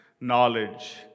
knowledge